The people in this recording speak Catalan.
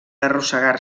arrossegar